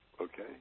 okay